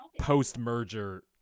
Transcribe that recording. post-merger